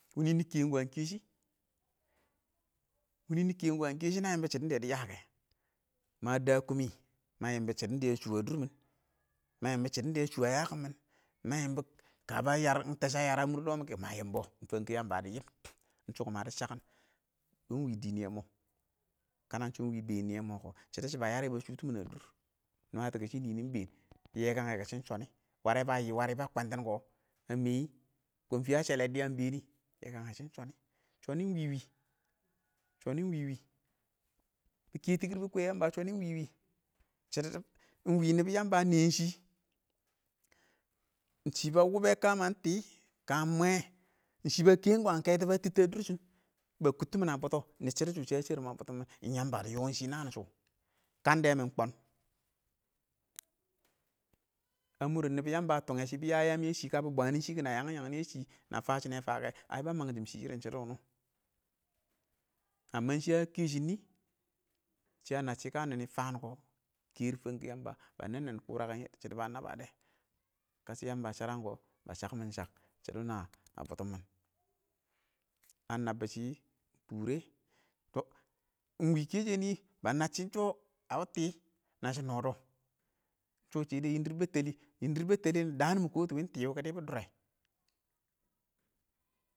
Wɪnɪ nɪ ken kəən keshɪ ,wɪnɪ nɪ kɛɛn ɪng wəən kɛshɪ nə yɪmba shɪdən da dɪ yə kɛ, mə də kumɪ ma yɪmbʊr shɪdən də ə shʊ ə dʊrmɪn, mə yɪmbɔ shɪdɪn də ə shʊ ə yəkɔn mɪn, ma yɪmba ɪng kə bə yər ɪng tɔshɔ ə yəər ə mʊr lɔɔ mʊ bʊ ɪng mə ɪng bɔ, ɪng fənkʊwɪ ɪng yəmba dɪ yɪm, ɪng shɔ, kʊmə dɪ chəkkɪm mɪn wɪɪn dɪn yɛ mɔ, kana shɔ ɪng wɪɪ dɪ yɛ mɔ kɔ shɪdo shʊ ba yarrɛ ba shʊtɪm mɪn a dʊr,bɪ nwətɔ kʊ shɪn nɪnɪ ɪng bɛɛn təbbɪ yɛkən-yɛkə kʊ shɪn chɔni, warɛ bə yɪ wərɪ ba kwəntɪn kɔ ə mɛyɪ, kʊn fɪ a shɛlɛ dɪya ɪng bɛɛn nɪ, yɛkangɛ shɪn chɔni, chɔnɪ, ɪng wɪwɪ bɪke tɪkɪr bɪ kwɛtɪn yəmbə, chʊnɪ ɪng wɪwɪ shɪdo ɪng wɪɪn nɪbɪ ɪng yəmbə ə nɛɛn shɪ ɪng shɪ bə wʊbbɛ kə mang tɪ kə ɪng mwɛ shɪ bə kɛn wən kɛtɔ bə tɪtə ə dʊrshɪn ɪng bə kuttɪ mɪn ə botto dɪ shɪdo shɛ a sharɪm ə bʊttʊmɪn ɪng yəmbə dɪ yɔ shɪ nəən shʊ, kəndɛ mɪn kwən ə mʊrɪn nɪbɪ yəmbə ə tʊngɛ shɪ bɪyə yəəm yɛ shɪ kə nɪ bwənshɪkʊ nə yɛ yəəm yɛ shɪ nə fəshɪnɛ fə kɛ, əɪ bə məng shɪm shɪdo wʊɔ nɔ, shɪ kɛ shɪn nɪ? shɪya nə shɪ kə nɔnɪ fən kɔ ker fən kʊwɪ yəmbə bə nen-nen kʊrə shɪdo bə nəbbə kashɪ yamba kashɪ kʊ ba shak mɪn shak shɪdo wʊrʊ a bʊttʊ mɪn a nabbə dɛ ;ɪng kəshɪ yəmbə sɪrə kɔ, bə shəkmɪn shək, shɪdɛɪng nwə ə bʊtʊmɪn nəbbʊ shɪ, tʊrɛ, ɪng wɪɪn kɛshɛ nɪ nəsshɪn ɪng shɔ,ə wɪɪ tɪɪ ɪng nəshɪ nɔɔ dɔ, ɪng shɛdɛ yɪndɪr bɛttɛlɪ, ɪng dɪr bɛttɛlɪ ɪng dəən mʊ kɔtʊ wɪɪn ɪng tɪ wɪɪn bɪ dɔr rɛ.